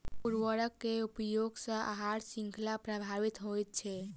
उर्वरक के उपयोग सॅ आहार शृंखला प्रभावित होइत छै